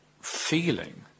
feeling